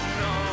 no